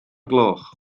gloch